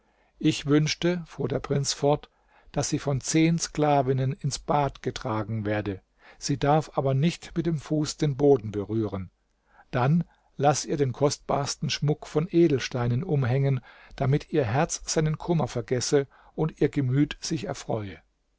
ich wünschte fuhr der prinz fort daß sie von zehn sklavinnen ins bad getragen werde sie darf aber nicht mit dem fuß den boden berühren dann laß ihr den kostbarsten schmuck von edelsteinen umhängen damit ihr herz seinen kummer vergesse und ihr gemüt sich erfreue